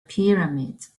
pyramids